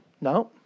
No